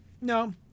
no